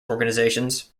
organizations